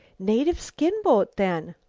native skin-boat, then.